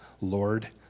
Lord